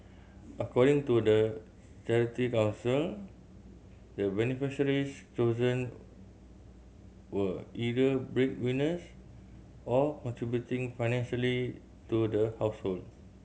according to the Charity Council the beneficiaries chosen were either bread winners or contributing financially to the household